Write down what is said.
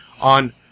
on